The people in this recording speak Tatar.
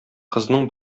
кызның